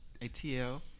ATL